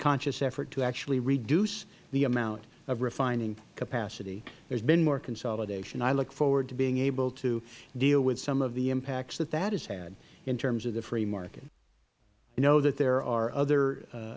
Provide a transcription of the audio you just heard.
conscious effort to actually reduce the amount of refining capacity there has been more consolidation i look forward to being able to deal with some of the impacts that that has had in terms of the free market i know that there are other